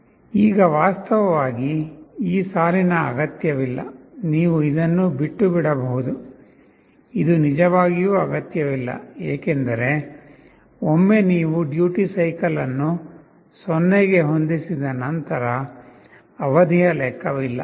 ಈಗ ವಾಸ್ತವವಾಗಿ ಈ ಸಾಲಿನ ಅಗತ್ಯವಿಲ್ಲ ನೀವು ಇದನ್ನು ಬಿಟ್ಟುಬಿಡಬಹುದು ಇದು ನಿಜವಾಗಿಯೂ ಅಗತ್ಯವಿಲ್ಲ ಏಕೆಂದರೆ ಒಮ್ಮೆ ನೀವು ಡ್ಯೂಟಿ ಸೈಕಲ್ ಅನ್ನು 0 ಗೆ ಹೊಂದಿಸಿದ ನಂತರ ಅವಧಿಯ ಲೆಕ್ಕವಿಲ್ಲ